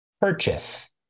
purchase